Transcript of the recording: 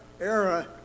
era